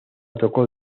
tocó